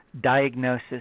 diagnosis